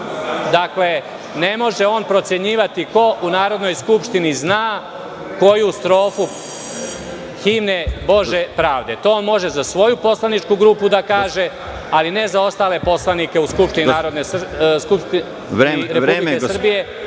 ne može on procenjivati ko u Narodnoj skupštini zna koju strofu himne "Bože pravde". To može za svoju poslaničku grupu da kaže, ali ne za ostale poslanike u Skupštini Republike Srbije,